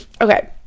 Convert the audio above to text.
okay